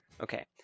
Okay